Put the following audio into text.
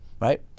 right